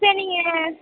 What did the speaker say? சரி நீங்கள்